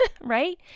right